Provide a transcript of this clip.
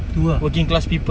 tu ah